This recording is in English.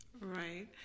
Right